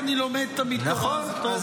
אני לומד תמיד תורה, זה טוב.